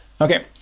Okay